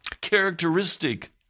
characteristic